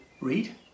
read